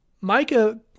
Micah